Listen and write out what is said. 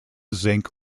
zinc